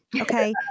Okay